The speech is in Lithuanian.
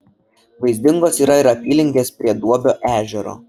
vaizdingos yra ir apylinkės prie duobio ežero